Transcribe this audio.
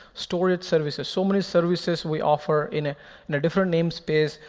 storage services, so many services we offer in ah in a different namespace,